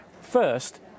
first